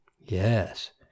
Yes